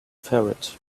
ferret